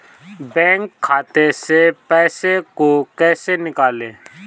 Bank खाते से पैसे को कैसे निकालें?